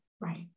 Right